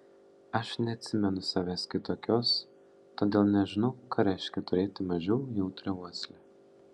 aš neatsimenu savęs kitokios todėl nežinau ką reiškia turėti mažiau jautrią uoslę